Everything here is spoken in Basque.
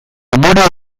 umorea